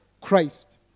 Christ